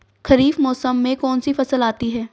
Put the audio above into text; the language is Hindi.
खरीफ मौसम में कौनसी फसल आती हैं?